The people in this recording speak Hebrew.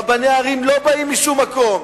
רבני עיר לא באים משום מקום.